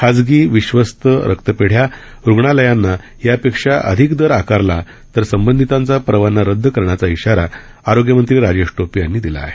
खासगी विश्वस्त रक्तपेढ्या रुग्णालयांना यापेक्षा अधिक दर आकारला तर संबंधितांचा परवाना रदद करण्याचा इशारा आरोग्यमंत्री राजेश टोपे यांनी दिला आहे